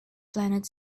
planet